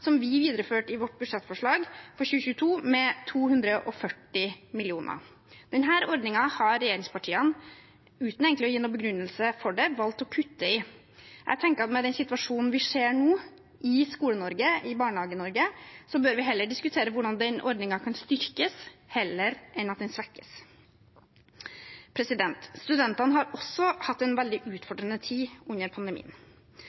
som vi videreførte med 240 mill. kr i vårt budsjettforslag for 2022. Denne ordningen har regjeringspartiene – uten egentlig å gi noen begrunnelse for det – valgt å kutte i. Jeg tenker at med den situasjonen som vi nå ser i Skole-Norge og i Barnehage-Norge, bør vi heller diskutere hvordan ordningen kan styrkes, heller enn at den svekkes. Studentene har også hatt en veldig